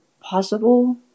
possible